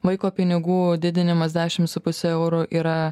vaiko pinigų didinimas dešim su puse euro yra